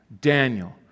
Daniel